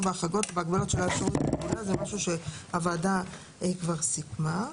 בהחרגות או בהגבלות שלא יאפשרו פעולה." זה משהו שהוועדה כבר סיכמה.